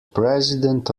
president